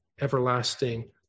everlasting